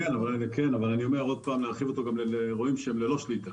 אני מציע להרחיב את זה גם לאירועים שהם ללא שליטה.